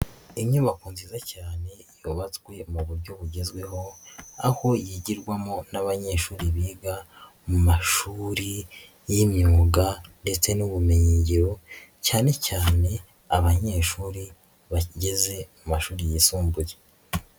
Inyubako nziza cyane yubatswe mu buryo bugezweho aho yigirwamo n'abanyeshuri biga mu mashuri y'imyuga ndetse n'ubumenyingiro cyane cyane abanyeshuri bageze mu mashuri yisumbuye.